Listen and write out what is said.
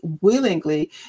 willingly